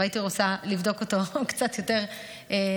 והייתי רוצה לבדוק אותו באמת קצת יותר לעומק